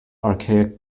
archaic